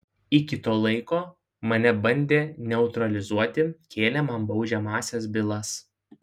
iki to laiko mane bandė neutralizuoti kėlė man baudžiamąsias bylas